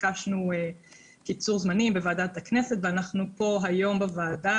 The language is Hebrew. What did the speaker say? ביקשנו קיצור זמנים בוועדת הכנסת ואנחנו פה היום בוועדה,